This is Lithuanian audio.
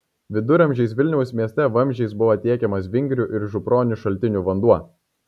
viduramžiais vilniaus mieste vamzdžiais buvo tiekiamas vingrių ir župronių šaltinių vanduo